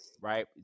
right